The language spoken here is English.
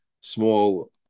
small